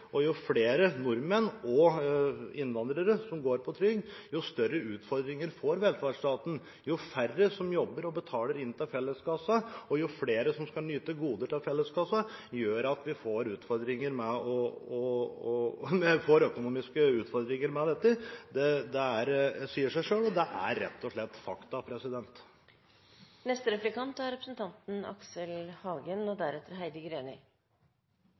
Norge, jo flere nordmenn og innvandrere som går på trygd, jo større utfordringer får velferdsstaten. Når færre jobber og betaler inn til felleskassen og flere skal nyte goder fra felleskassen, fører det til at vi får økonomiske utfordringer. Det sier seg selv, det er rett og slett fakta. Fremskrittspartifolk kan umulig sove godt om natta. De lever jo i en samtid der de kan risikere å møte både innvandrere og